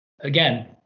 again